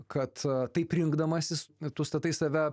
kad taip rinkdamasis tu statai save